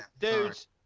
dudes